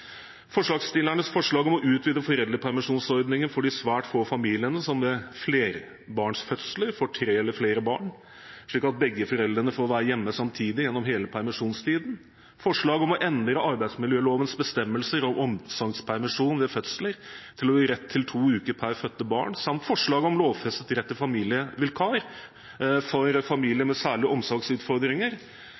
forslagsstillernes forslag om å utvide foreldrepermisjonsordningen for de svært få familiene som ved flerbarnsfødsler får tre eller flere barn, slik at begge foreldrene får være hjemme samtidig gjennom hele permisjonstiden, forslag om å endre arbeidsmiljølovens bestemmelser om omsorgspermisjon ved fødsel til å gi rett til to uker per fødte barn, samt forslag om lovfestet rett til familievikar for familier med særlige omsorgsutfordringer,